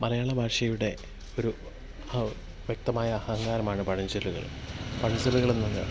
മലയാള ഭാഷയുടെ ഒരു ആ വ്യക്തമായ അഹങ്കാരമാണ് പഴഞ്ചൊല്ലുകള് പഴഞ്ചൊല്ലുകളെന്നത്